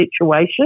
situation